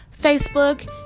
Facebook